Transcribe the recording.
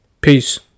Peace